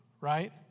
right